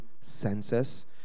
senses